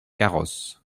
carros